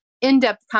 in-depth